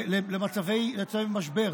למצבי משבר.